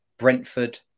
Brentford